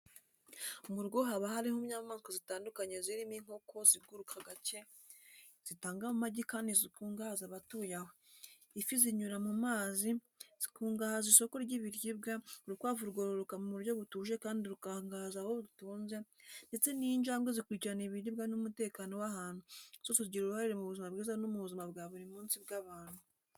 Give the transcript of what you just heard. Mu rugo haba hari inyamaswa zitandukanye zirimo inkoko ziguruka gake, zitanga amagi kandi zikungahaza abatuye aho, ifi zinyura mu mazi, zikungahaza isoko ry’ibiribwa, urukwavu rwororoka mu buryo butuje kandi rukungahaza aba rutunze, ndetse ninjangwe zikurikirana ibiribwa n’umutekano w’ahantu, zose zigira uruhare mu buzima bwiza no mu buzima bwa buri munsi bw’abantu